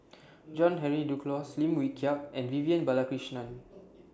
John Henry Duclos Lim Wee Kiak and Vivian Balakrishnan